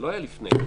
היא לא הייתה לפני.